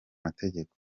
mategeko